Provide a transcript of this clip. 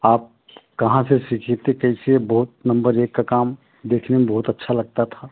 आप कहाँ से सीखे थे कैसे बहुत नंबर एक का काम देखने में बहुत अच्छा लगता था